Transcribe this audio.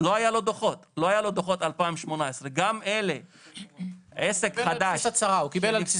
לא היו לו דוחות של 2018. הוא קיבל על בסיס הצהרה.